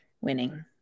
winning